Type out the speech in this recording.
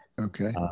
Okay